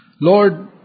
Lord